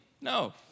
No